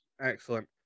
Excellent